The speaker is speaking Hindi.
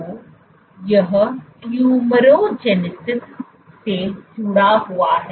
तो यह ट्यूमरजेनसिस से जुड़ा हुआ है